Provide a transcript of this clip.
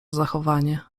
zachowanie